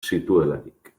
zituelarik